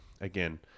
again